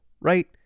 right